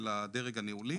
של הדרג הניהולי